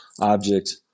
object